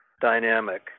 dynamic